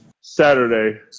Saturday